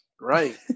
Right